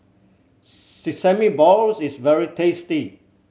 sesame balls is very tasty